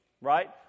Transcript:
right